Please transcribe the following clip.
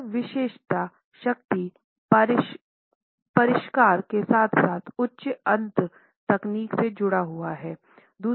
यह विशिष्टता शक्ति परिष्कार के साथ साथ उच्च अंत तकनीक से जुड़ा हुआ है